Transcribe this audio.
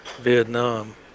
Vietnam